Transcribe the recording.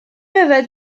yfed